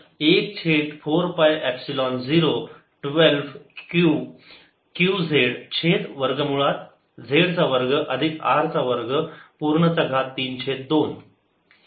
तर 1 छेद 4 पाय एपसिलोन 0 12 Q q z छेद वर्ग मुळात z चा वर्ग अधिक R चा वर्ग चा घात 3 छेद 2